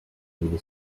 ibiri